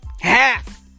Half